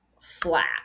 flat